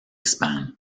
span